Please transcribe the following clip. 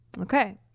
Okay